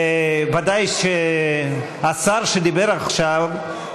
ודאי השר שדיבר עכשיו,